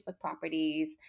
properties